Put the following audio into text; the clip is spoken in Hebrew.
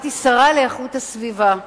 הייתי שרה לאיכות הסביבה.